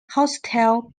hostile